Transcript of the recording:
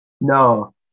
No